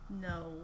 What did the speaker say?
No